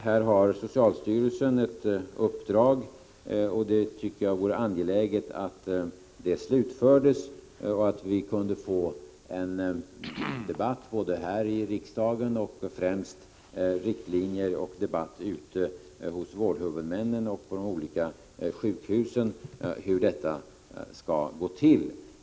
Här har socialstyrelsen ett uppdrag, och det är angeläget att det slutförs och att vi får en debatt både här i riksdagen — främst om riktlinjerna — och ute hos vårdhuvudmännen och på de olika sjukhusen om hur detta skall gå till.